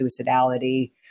suicidality